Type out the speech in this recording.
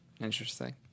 Interesting